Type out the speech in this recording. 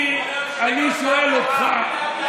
אני שואל אותך,